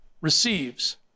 receives